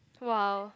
!wow!